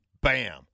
bam